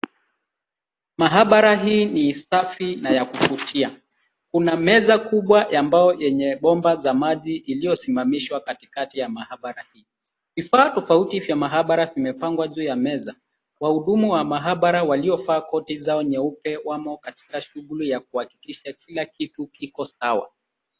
Maabara hii ni safi na ya kuvutia. Kuna meza kubwa ya mbao yenye bomba ya maji iliyosimamishwa katikati ya maabara hii. Vifaa tofauti vya maabara vimepangwa juu ya meza. Wahudumu wa maabara waliovaa koti zao nyeupe wamo katika shuguli ya kuhakikisha kila kitu kiko sawa